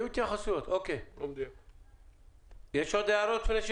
ביקשה עורכת הדין ארבל להוריד את הבדיקות התקופתיות מהנוסח.